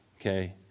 Okay